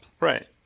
Right